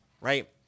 right